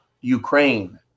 Ukraine